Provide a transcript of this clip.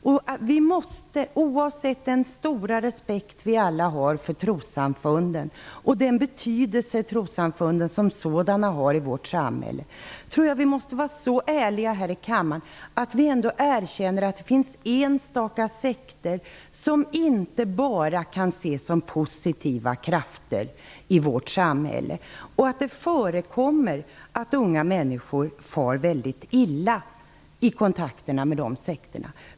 Oavsett den stora respekt som vi alla har för trossamfunden och den betydelse som de har i vårt samhälle, måste vi vara så ärliga här i kammaren att vi erkänner att det finns enstaka sekter som inte bara kan ses som positiva krafter och att det förekommer att unga människor far väldigt illa i kontakterna med de sekterna.